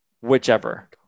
whichever